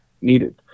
needed